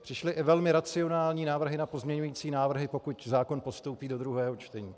Přišly i velmi racionální návrhy na pozměňovací návrhy, pokud zákon postoupí do druhého čtení.